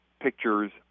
pictures